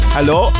Hello